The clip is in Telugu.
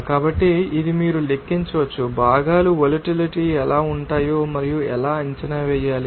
కాబట్టి ఇది మీరు లెక్కించవచ్చు భాగాలు వొలటిలిటీ ఎలా ఉంటాయో మరియు ఎలా అంచనా వేయాలి